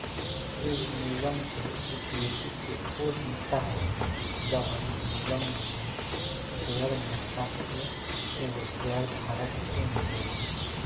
इ निगम के एक्विटी के उ हिस्सा ह जवन निगम में शेयर मुद्दा से एगो शेयर धारक के मिलेला